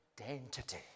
identity